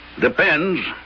Depends